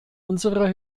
unserer